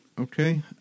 Okay